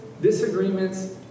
disagreements